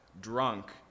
drunk